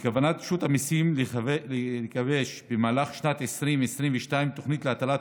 בכוונת רשות המיסים לגבש במהלך שנת 2022 תוכנית להטלת